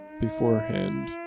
beforehand